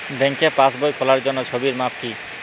ব্যাঙ্কে পাসবই খোলার জন্য ছবির মাপ কী?